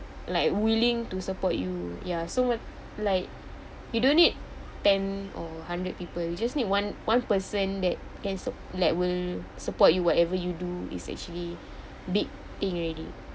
like willing to support you ya so like you don't need ten or hundred people you just need one one person that can sup~ that will support you whatever you do is actually big thing already